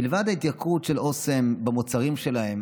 מלבד ההתייקרות באסם, במוצרים שלהם,